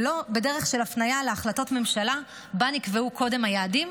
ולא בדרך של הפניה להחלטות ממשלה שבהן נקבעו קודם היעדים,